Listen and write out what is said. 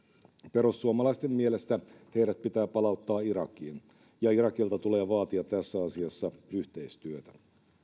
perussuomalaisten mielestä heidät pitää palauttaa irakiin ja irakilta tulee vaatia tässä asiassa yhteistyötä